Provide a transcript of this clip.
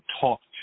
talked